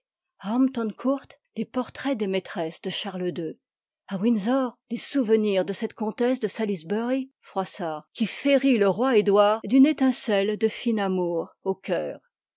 hamptoncourt les portraits des maîtresses de charles ii à windsor les souvenirs de cette comtesse de salisbery qidjérit le roi edouard d'une froissanl étincelle de fuie amour ait cœur